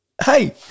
Hey